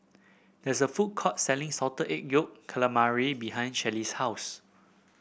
there is a food court selling Salted Egg Yolk Calamari behind Shelley's house